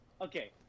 Okay